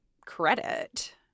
credit